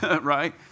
Right